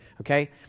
Okay